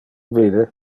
vide